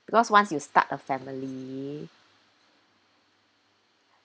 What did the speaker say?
because once you start a family